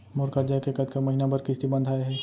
मोर करजा के कतका महीना बर किस्ती बंधाये हे?